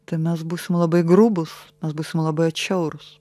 tai mes būsim labai grubūs mes būsim labai atšiaurūs